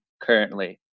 currently